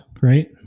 right